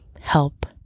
help